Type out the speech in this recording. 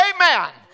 amen